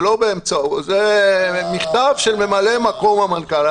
זה מכתב של ממלא מקום המנכ"ל.